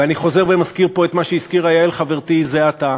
ואני חוזר ומזכיר פה את מה שהזכירה יעל חברתי זה עתה,